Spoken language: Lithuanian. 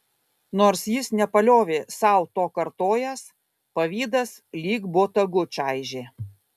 nors jis nepaliovė sau to kartojęs pavydas lyg botagu čaižė